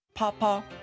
Papa